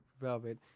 Velvet